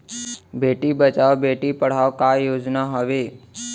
बेटी बचाओ बेटी पढ़ाओ का योजना हवे?